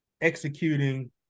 executing